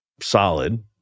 solid